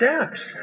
Steps